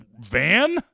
van